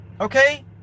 Okay